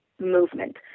movement